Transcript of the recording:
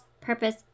Purpose